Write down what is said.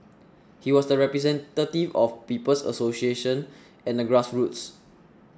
he was the representative of People's Association and the grassroots